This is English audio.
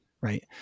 right